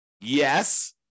Yes